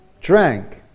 drank